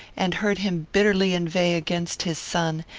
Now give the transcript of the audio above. and heard him bitterly inveigh against his son,